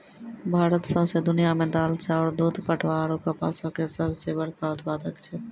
भारत सौंसे दुनिया मे दाल, चाउर, दूध, पटवा आरु कपासो के सभ से बड़का उत्पादक छै